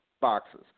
boxes